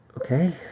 Okay